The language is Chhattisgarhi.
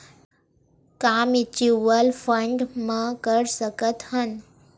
का म्यूच्यूअल फंड म कर सकत हन?